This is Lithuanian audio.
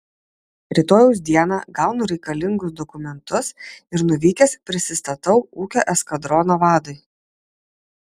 rytojaus dieną gaunu reikalingus dokumentus ir nuvykęs prisistatau ūkio eskadrono vadui